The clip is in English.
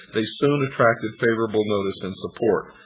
they soon attracted favorable notice and support.